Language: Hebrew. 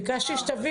ביקשתי שתביאו.